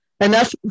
enough